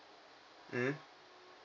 mm